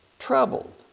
troubled